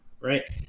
Right